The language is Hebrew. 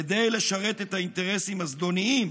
כדי לשרת את האינטרסים הזדוניים